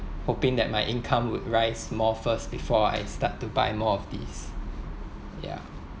hoping that my income would rise more first before I start to buy more of these ya